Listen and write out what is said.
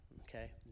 okay